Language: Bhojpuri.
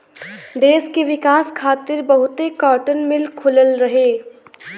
देस के विकास खातिर बहुते काटन मिल खुलल रहे